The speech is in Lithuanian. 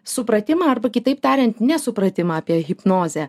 supratimą arba kitaip tariant nesupratimą apie hipnozę